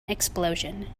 explosion